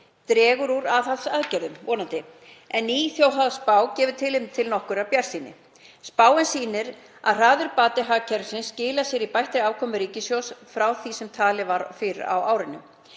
vonandi úr aðhaldsaðgerðum en ný þjóðhagsspá gefur tilefni til nokkurrar bjartsýni. Spáin sýnir að hraður bati hagkerfisins skilar sér í bættri afkomu ríkissjóðs frá því sem talið var fyrr á árinu.